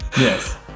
yes